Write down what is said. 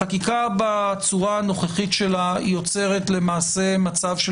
החקיקה בצורתה הנוכחית יוצרת מצב של